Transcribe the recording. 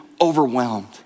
overwhelmed